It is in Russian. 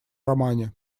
романе